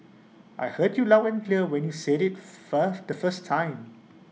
I heard you loud and clear when you said IT first the first time